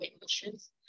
emotions